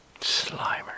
Slimer